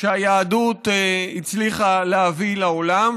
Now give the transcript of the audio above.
שהיהדות הצליחה להביא לעולם,